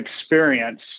experience